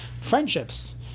friendships